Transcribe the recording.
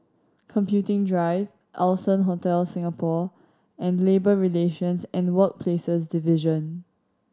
Computing Drive Allson Hotel Singapore and Labour Relations and Workplaces Division